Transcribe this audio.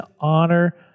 honor